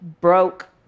broke